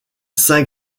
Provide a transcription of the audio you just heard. saint